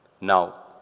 Now